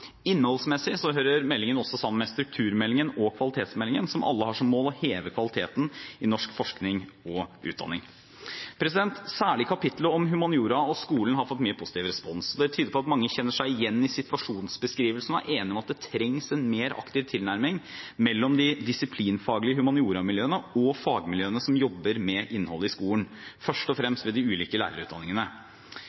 Innholdsmessig hører meldingen også sammen med strukturmeldingen og kvalitetsmeldingen, som alle har som mål å heve kvaliteten i norsk forskning og utdanning. Særlig kapittelet om humaniora og skolen har fått mye positiv respons. Det tyder på at mange kjenner seg igjen i situasjonsbeskrivelsen og er enig i at det trengs en mer aktiv tilnærming mellom de disiplinfaglige humanioramiljøene og fagmiljøene som jobber med innhold i skolen, først og